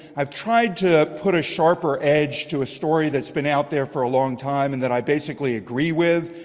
i've tried to put a sharper edge to a story that's been out there for a long time, and that i basically agree with,